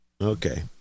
Okay